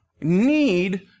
need